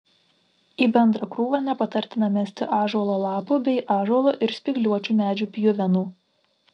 į bendrą krūvą nepatartina mesti ąžuolo lapų bei ąžuolo ir spygliuočių medžių pjuvenų